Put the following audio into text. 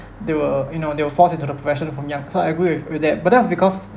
they were you know they were forced into the profession from young so I agree with with that but that's because